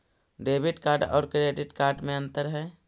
Debit card और credit card में अन्तर है?